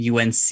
UNC